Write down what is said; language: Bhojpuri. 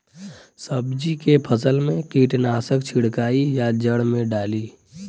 सब्जी के फसल मे कीटनाशक छिड़काई या जड़ मे डाली?